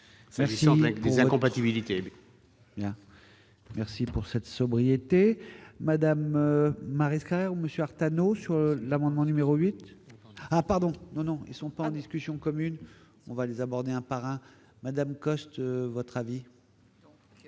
Merci pour cette sobriété madame Maresca Scraire Monsieur Artano sur l'amendement numéro 8 ah pardon, non, non, ils sont pas discussion commune, on va les aborder un parrain Madame Coste votre avis.